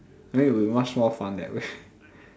I mean it would be much more fun that way